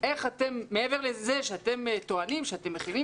איך מעבר לכך שאתם טוענים שאתם מכינים